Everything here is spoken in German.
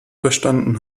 verstanden